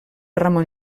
ramon